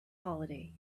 holiday